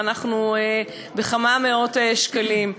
ואנחנו בכמה מאות שקלים.